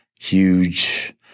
huge